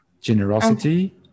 Generosity